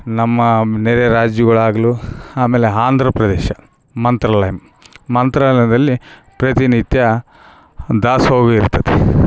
ನಮ್ಮ ನೆರೆಯ ರಾಜ್ಯುಗಳಾಗಲೂ ಆಮೇಲೆ ಆಂಧ್ರಪ್ರದೇಶ ಮಂತ್ರಾಲಯ ಮಂತ್ರಾಲಯದಲ್ಲಿ ಪ್ರತಿನಿತ್ಯ ದಾಸೋಹ ಇರ್ತದೆ